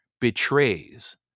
betrays